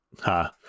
ha